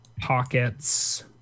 pockets